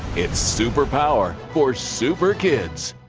it's super power for super kids.